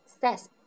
says